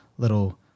little